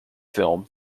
film